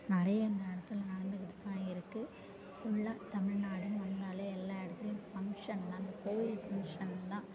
நிறைய இந்த இடத்துல நடந்துகிட்டு தான் இருக்கு ஃபுல்லாக தமிழ்நாடுன்னு வந்தாலே எல்லா இடத்துலியும் ஃபங்க்ஷன் தாங்க கோயில் ஃபங்க்ஷன் தான்